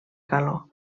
calor